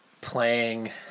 playing